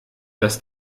dass